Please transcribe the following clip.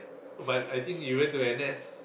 but I think you went to N_S